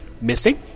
missing